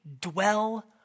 dwell